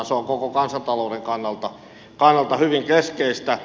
se on koko kansantalouden kannalta hyvin keskeistä